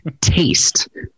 taste